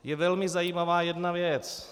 Je velmi zajímavá jedna věc.